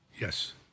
yes